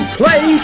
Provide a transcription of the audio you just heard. play